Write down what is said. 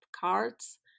cards